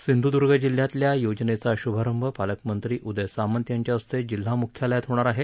सिंधुदुर्ग जिल्हयातल्या योजनेचा शुभारंभ पालकमंत्री उदय सामंत यांच्या हस्ते जिल्हा मुख्यालयात होणार आहे